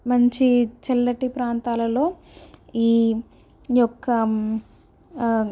మంచి చల్లని ప్రాంతాలలో ఈ యొక్క